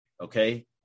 Okay